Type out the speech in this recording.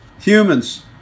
Humans